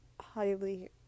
Highly